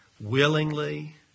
willingly